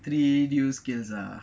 three new skills ah